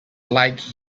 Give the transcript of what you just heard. liked